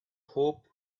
hope